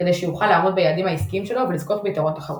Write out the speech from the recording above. כדי שיוכל לעמוד ביעדים העסקיים שלו ולזכות ביתרון תחרותי.